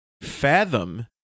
Fathom